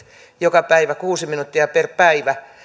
joka päivä kuusi minuuttia per päivä